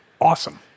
awesome